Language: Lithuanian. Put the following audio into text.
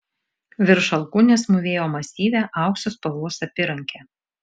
virš alkūnės mūvėjo masyvią aukso spalvos apyrankę